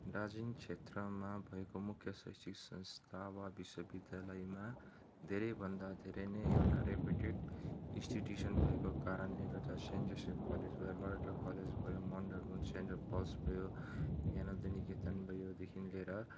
दार्जिलिङ क्षेत्रमा भएको मुख्य शैक्षिक संस्था वा विश्वविद्यालयमा धेरैभन्दा धेरै नै एउटा रेपुटेट इन्स्टिट्युसन भएको कारणले गर्दा सेन्ट जोसेफ कलेज भयो लरेटो कलेज भयो माउन्ट हर्मन सेन्ट पल्स भयो ज्ञानोदय निकेतन भयोदेखि लिएर